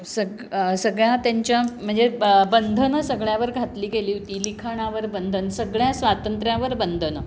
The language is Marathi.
सग सगळ्या त्यांच्या म्हणजे ब बंधनं सगळ्यावर घातली गेली होती लिखणावर बंधन सगळ्या स्वातंत्र्यावर बंधनं